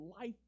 life